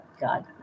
god